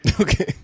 Okay